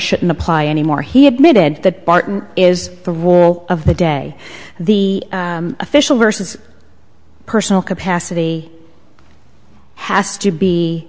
shouldn't apply anymore he admitted that barton is the rule of the day the official vs personal capacity has to be